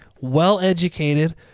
well-educated